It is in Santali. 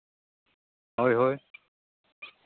ᱦᱳᱭ ᱦᱳᱭ